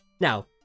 Now